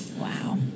wow